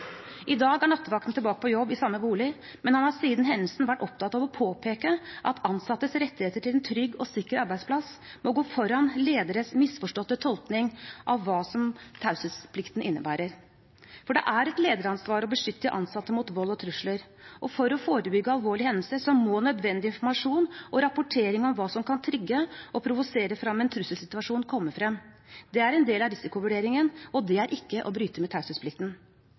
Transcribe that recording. I dag er nattevakten tilbake i jobb i samme bolig, men han har siden hendelsen vært opptatt av å påpeke at ansattes rettigheter til en trygg og sikker arbeidsplass må gå foran lederes misforståtte tolkning av hva taushetsplikten innebærer. For det er et lederansvar å beskytte ansatte mot vold og trusler, og for å forebygge alvorlige hendelser må nødvendig informasjon og rapportering om hva som kan trigge og provosere frem en trusselsituasjon, komme frem. Det er en del av risikovurderingen, og det er ikke å bryte med taushetsplikten.